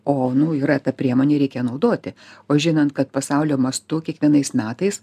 o nu yra ta priemonė reikia naudoti o žinant kad pasaulio mastu kiekvienais metais